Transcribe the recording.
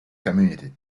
community